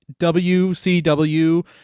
WCW